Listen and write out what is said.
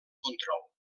control